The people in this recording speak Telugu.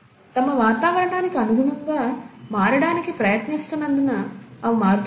తమ వాతావరణానికి అనుగుణంగా మారడానికి ప్రయత్నిస్తున్నందున అవి మారుతున్నాయా